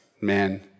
men